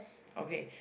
okay